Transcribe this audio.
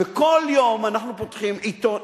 וכל יום אנחנו פותחים עיתון,